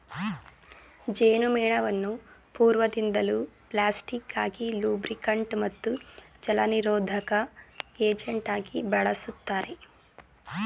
ಜೇನುಮೇಣವನ್ನು ಪೂರ್ವದಿಂದಲೂ ಪ್ಲಾಸ್ಟಿಕ್ ಆಗಿ ಲೂಬ್ರಿಕಂಟ್ ಮತ್ತು ಜಲನಿರೋಧಕ ಏಜೆಂಟಾಗಿ ಬಳುಸ್ತಾರೆ